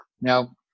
now